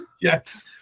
Yes